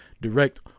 direct